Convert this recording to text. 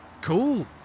Cool